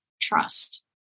trust